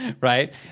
right